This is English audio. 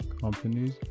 companies